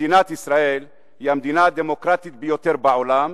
מדינת ישראל היא המדינה הדמוקרטית ביותר בעולם,